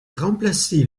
remplacé